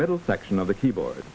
middle section of the keyboard